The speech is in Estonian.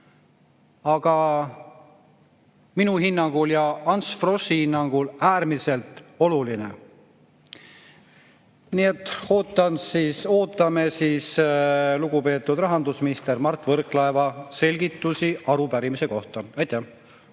aga minu hinnangul ja Ants Froschi hinnangul äärmiselt oluline. Nii et ootame lugupeetud rahandusministri Mart Võrklaeva selgitusi arupärimise kohta. Aitäh!